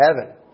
heaven